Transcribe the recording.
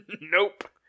nope